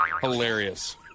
Hilarious